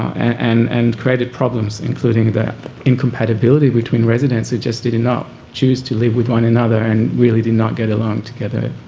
and and created problems including the incompatibility between residents who just did and not choose to live with one another and really did not get along together.